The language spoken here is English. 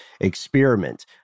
experiment